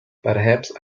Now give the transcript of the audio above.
perhaps